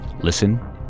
Listen